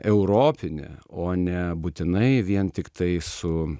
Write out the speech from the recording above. europinė o ne būtinai vien tiktai su